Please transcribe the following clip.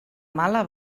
mala